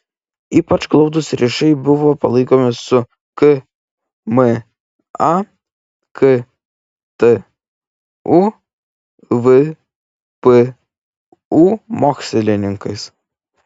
ypač glaudūs ryšiai buvo palaikomi su kma ktu vpu mokslininkais